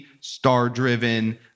star-driven